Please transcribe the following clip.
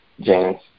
James